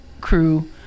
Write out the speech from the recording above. crew